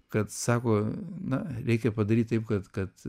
kad sako na reikia padaryt taip kad kad